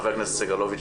חבר הכנסת סגלוביץ',